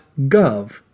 gov